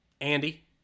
andy